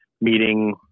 meeting